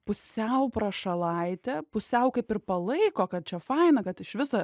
pusiau prašalaitė pusiau kaip ir palaiko kad čia faina kad iš viso